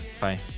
Bye